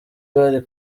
bari